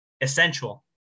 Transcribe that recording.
essential